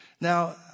Now